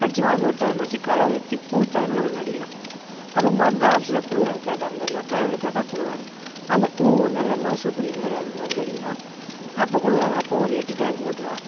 அடிச்சுடுவோம் அது ஒரு டைம் அடித்து களைவெட்டி பூ டைமில் ஒன்று அடிக்கணும் அப்போ மருந்து ஆஃபிஸ்லேயே கொடுக்குறாங்க கேட்டால் அந்தமாதிரி டைமில் கேட்டால் கொடுக்குறாங்க அந்த பூ நல்லா மகசூல் பிடிக்கிற மாதிரி அதுக்கு மருந்து அடிக்கணும் அப்போ கொடுக்குறாங்க அப்போது ஒரு எட்டு டேங்க்கு ஓட்டுவேன்